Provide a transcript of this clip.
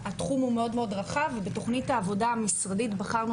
התחום הוא מאוד רחב ובתכנית העבודה המשרדית בחרנו